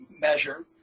measure